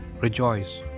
Rejoice